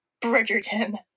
Bridgerton